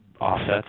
offsets